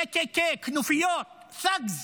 KKK, כנופיות, thugs,